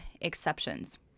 exceptions